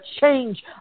change